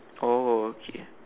oh okay